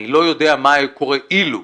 אני לא יודע מה היה קורה אילו,